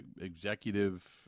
executive